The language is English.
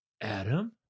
adam